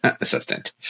assistant